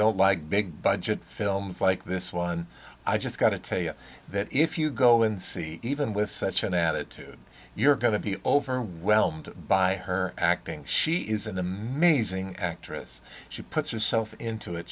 don't like big budget films like this one i just got to tell you that if you go and see even with such an attitude you're going to be overwhelmed by her acting she is an amazing actress she puts herself into it